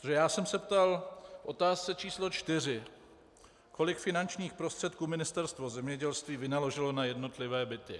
Protože já jsem se ptal v otázce č. 4, kolik finančních prostředků Ministerstvo zemědělství vynaložilo na jednotlivé byty.